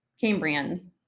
Cambrian